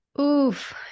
Oof